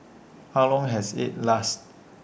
how long has IT lasted